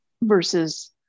versus